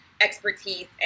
expertise